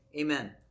Amen